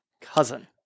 cousin